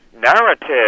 narrative